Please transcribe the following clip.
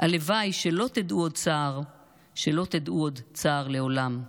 הלוואי שלא תדעו עוד צער / שלא תדעו עוד צער לעולם.